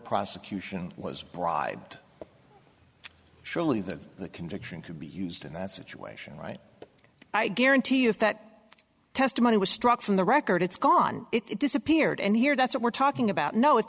prosecution was bribed surely the conviction could be used in that situation right i guarantee you if that testimony was struck from the record it's gone it disappeared and here that's what we're talking about no i